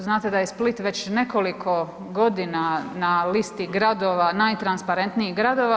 Znate da je Split već nekoliko godina na listi gradova najtransparentnijih gradova.